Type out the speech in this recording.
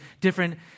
different